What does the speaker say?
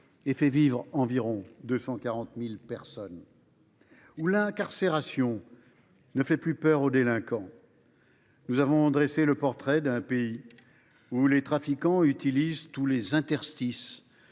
et fait vivre environ 240 000 personnes, où l’incarcération ne fait plus peur aux délinquants. Nous avons dressé le portrait d’un pays où les trafiquants utilisent tous les interstices